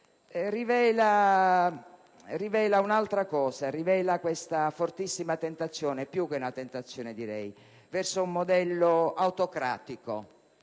rivela un'altra cosa: questa fortissima tentazione (più che una tentazione, direi) verso un modello autocratico,